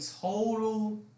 total